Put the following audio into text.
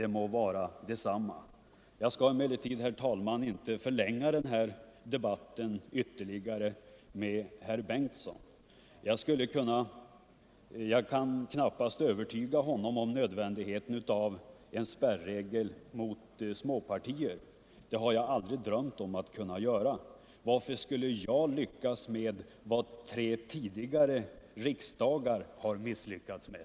till riksdagen Jag skall, herr talman, inte ytterligare förlänga denna debatt med herr Berndtson. Jag kan knappast övertyga honom om nödvändigheten av en spärregel mot småpartier — det har jag aldrig drömt om att kunna göra. Varför skulle jag lyckas med vad tre tidigare riksdagar har misslyckats med?